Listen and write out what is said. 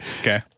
okay